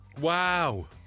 Wow